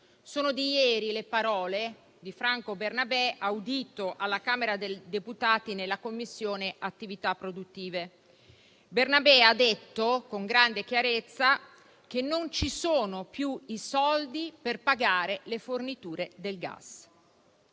di Ilva. Ieri Franco Bernabè, audito alla Camera dei deputati nella Commissione attività produttive, ha detto con grande chiarezza che non ci sono più i soldi per pagare le forniture del gas.